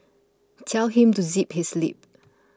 tell him to zip his lip